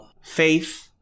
faith